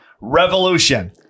Revolution